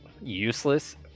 useless